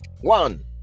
one